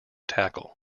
tackle